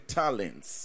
talents